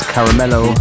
Caramello